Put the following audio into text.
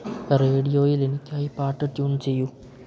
റേഡിയോയിൽ എനിക്കായി പാട്ട് ട്യൂൺ ചെയ്യൂ